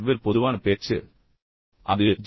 will பொதுவான பேச்சு அது ஜி